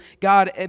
God